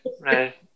right